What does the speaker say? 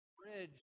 bridge